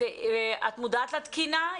את מודעת לתקינה?